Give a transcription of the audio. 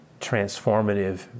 transformative